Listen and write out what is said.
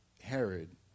Herod